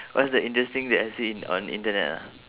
what's the interesting that I see in on the internet ah